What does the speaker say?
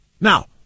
Now